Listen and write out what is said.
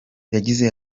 yagize